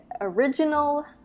original